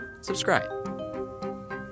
subscribe